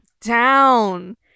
down